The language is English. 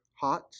Hot